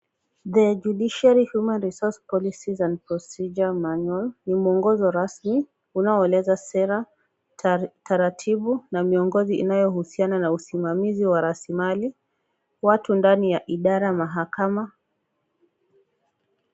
The Judiciary's human resource policies and procedure manual ni mwongozo rasmi unaoeleza sera taratibu na miongozo inayohusiana na usimamizi wa rasilimali. Watu ndani idara mahakama.